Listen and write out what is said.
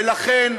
ולכן,